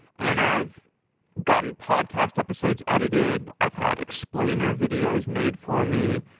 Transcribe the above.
and i've gotten podcast episodes edited, i've had explainer videos made for me.